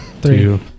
three